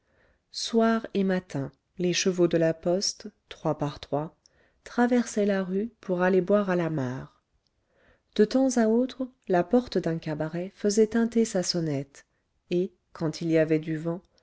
soir et matin les chevaux de la poste trois par trois traversaient la rue pour aller boire à la mare de temps à autre la porte d'un cabaret faisait tinter sa sonnette et quand il y avait du vent